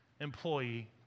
employee